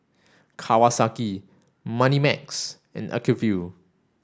Kawasaki Moneymax and Acuvue